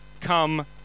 Come